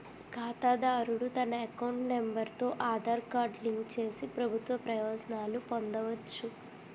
ఖాతాదారుడు తన account number తో ఆధార్ కార్డు లింక్ చేసి ప్రభుత్వ ప్రయోజనాలు పొందవచ్చు